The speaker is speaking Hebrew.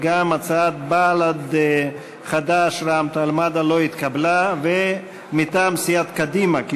סיעות בל"ד חד"ש רע"ם-תע"ל-מד"ע להביע אי-אמון